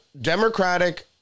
Democratic